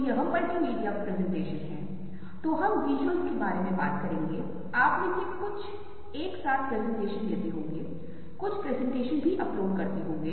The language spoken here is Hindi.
इसलिए यह एक दिलचस्प बात को स्पष्ट करता है कि दूरी के बारे में हमारी समझ हमें सीखी गई बहुत बड़ी है ऐसा नहीं है कि यह हमें सहज रूप से दिया जाता है